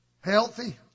Healthy